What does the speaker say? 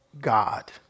God